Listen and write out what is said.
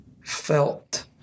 felt